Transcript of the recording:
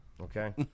Okay